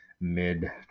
mid